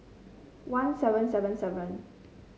one seven seven seven